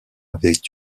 avaient